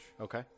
Okay